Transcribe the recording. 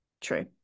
true